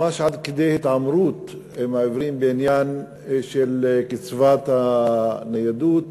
ממש עד כדי התעמרות בעיוורים בעניין של קצבת הניידות,